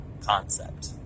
concept